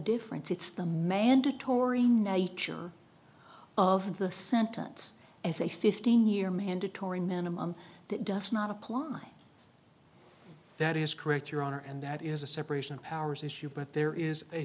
difference it's the mandatory nature of the sentence as a fifteen year mandatory minimum that does not apply that is correct your honor and that is a separation of powers issue but there is a